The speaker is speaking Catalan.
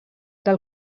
del